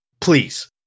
Please